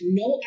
no